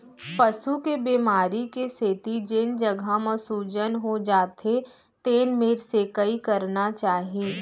पसू के बेमारी के सेती जेन जघा म सूजन हो जाथे तेन मेर सेंकाई करना चाही